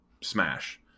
smash